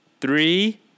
three